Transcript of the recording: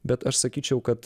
bet aš sakyčiau kad